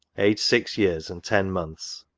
aged six years and ten months.